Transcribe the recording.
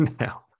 now